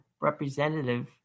representative